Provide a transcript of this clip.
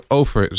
over